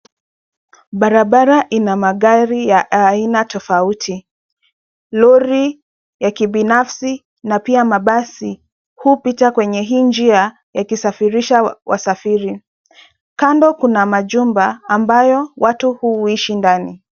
Barabara ina magari ya aina tofauti. Lori ya kibinafsi na pia mabasi hupita kwenye hii njia yakisafirisha wasafiri. Kando kuna majumba ambayo watu huishi ndani.